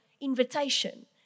invitation